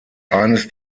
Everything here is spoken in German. eines